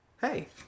Hey